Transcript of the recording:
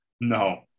No